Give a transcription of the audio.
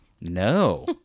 No